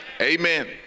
Amen